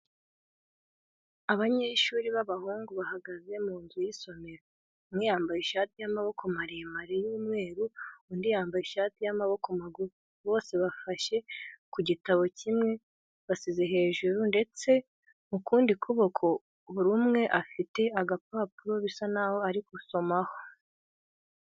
Abanyeshuri b'abahungu bahagaze mu nzu y'isomero, umwe yambaye ishati y'amaboko maremare y'umweru, undi yambaye ishati y'amaboko magufi, bose bafashe ku gitabo kimwe bashyize hejuru ndetse mu kundi kuboko buri umwe afite agapapuro bisa n'aho ari gusomaho.